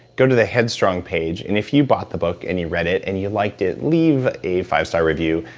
go to the headstrong page, and if you bought the book and you read it, and you liked it, leave a five star review.